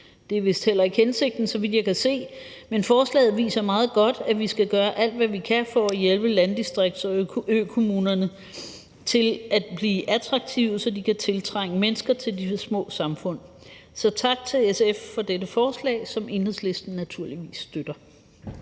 det er vist heller ikke hensigten, så vidt jeg kan se – men forslaget viser meget godt, at vi skal gøre alt, hvad vi kan, for at hjælpe landdistriktskommunerne og økommunerne til at blive attraktive, så de kan tiltrække mennesker til de små samfund. Så tak til SF for dette forslag, som Enhedslisten naturligvis støtter.